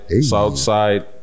Southside